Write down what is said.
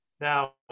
Now-